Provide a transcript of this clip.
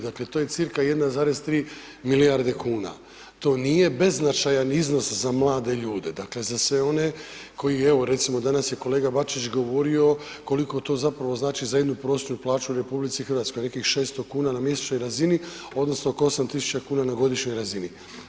Dakle, to je cca 1,3 milijarde kuna, to nije beznačajan iznos za mlade ljude, dakle za sve one koji evo danas je kolega Bačić govorio koliko to zapravo znači za jednu prosječnu plaću u RH nekih 600 kuna na mjesečnoj razini odnosno oko 8.000 kuna na godišnjoj razini.